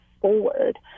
forward